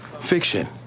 Fiction